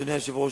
אדוני היושב-ראש,